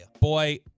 Boy